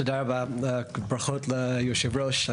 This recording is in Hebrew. תודה רבה וברכות ליושב-ראש.